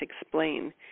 explain